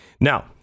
Now